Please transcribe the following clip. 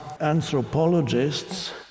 anthropologists